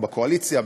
אנחנו בקואליציה,